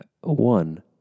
one